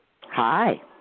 Hi